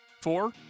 Four